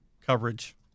coverage